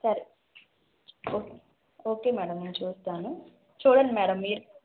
సరే okay madam నేను చూస్తాను చూడండి మేడం మీరు